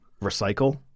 recycle